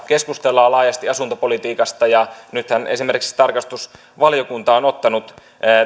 keskustellaan laajasti asuntopolitiikasta ja nythän esimerkiksi tarkastusvaliokunta on ottanut